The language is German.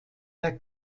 der